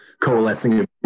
coalescing